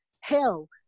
hell